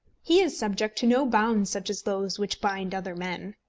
he is subject to no bonds such as those which bind other men.